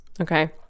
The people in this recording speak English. Okay